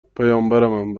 پیامبرمم